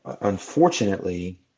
unfortunately